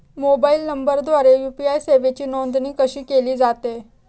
Mobile नंबरद्वारे UPI सेवेची नोंदणी कशी केली जाते?